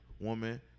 woman